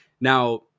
Now